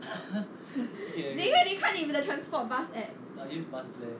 你看你的 transport bus app~